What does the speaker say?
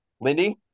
Lindy